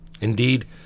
Indeed